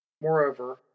Moreover